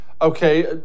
Okay